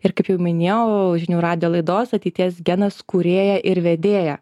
ir kaip jau minėjau žinių radijo laidos ateities genas kūrėja ir vedėja